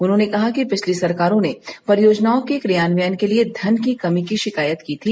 उन्होंने कहा कि पिछली सरकारों ने परियोजनाओं के क्रियान्वयन के लिए धन की कमी की शिकायत की थी